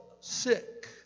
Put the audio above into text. sick